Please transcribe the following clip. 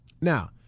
Now